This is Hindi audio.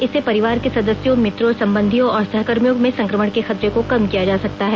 इससे परिवार के सदस्यों मित्रों संबंधियों और सहकर्मियों में संक्रमण के खतरे को कम किया जा सकता है